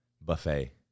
buffet